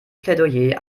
plädoyer